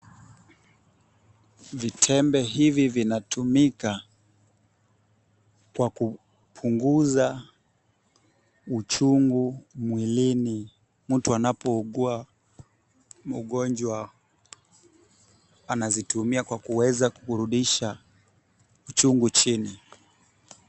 Vitembe hivi vinatumika kwa kupunguza uchungu mwilini, mtu anapougua, mgonjwa anazitumia kwa kuweza kurudisha uchungu chini.